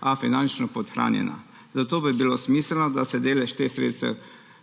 a finančno podhranjena, zato bi bilo smiselno, da se delež teh sredstev